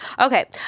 Okay